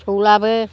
फिसौलायाबो